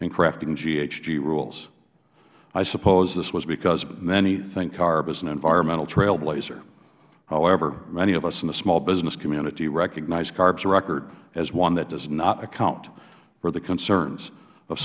in crafting ghg rules i suppose this was because many think carb is an environmental trailblazer however many of us in the small business community recognize carb's record as one that does not account for the concerns of